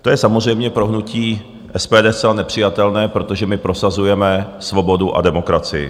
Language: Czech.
To je samozřejmě pro hnutí SPD zcela nepřijatelné, protože my prosazujeme svobodu a demokracii.